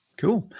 cool,